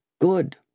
Good